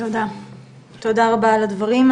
תודה רבה על הדברים.